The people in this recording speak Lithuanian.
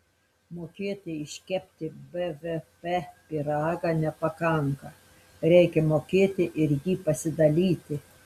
mokėti iškepti bvp pyragą nepakanka reikia mokėti ir jį pasidalyti